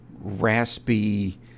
raspy